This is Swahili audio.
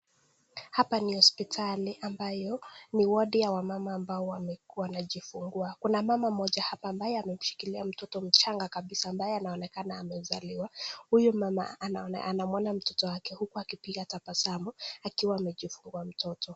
Hapa ni hospitali ambayo ni wodi ya wamama ambao wanajifungua. Kuna mama mmoja hapa ambaye amemshikilia mtoto mchanga kabisa ambaye anaonekana amezaliwa. Huyu mama anamuona mtoto wake huku akipiga tabasamu akiwa amejifungua mtoto.